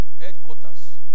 headquarters